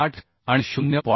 8 आणि 0